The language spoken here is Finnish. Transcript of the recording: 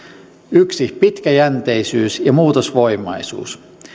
yksi pitkäjänteisyys ja muutosvoimaisuus